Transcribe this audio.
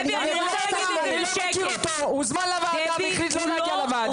ואני אומרת לכם -- הוא הוזמן לוועדה והחליט לא להגיע לוועדה,